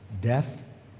Death